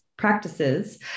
practices